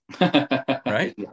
Right